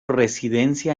residencia